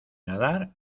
nadar